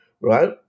right